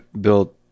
built